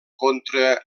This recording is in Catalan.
contra